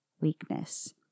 weakness